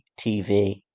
tv